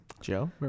Joe